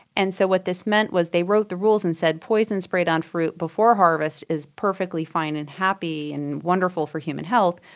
and so what this meant was they wrote the rules and said poison sprayed on fruit before harvest is perfectly fine and happy and wonderful for human health,